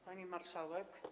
Pani Marszałek!